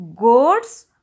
Goats